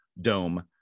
dome